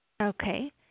Okay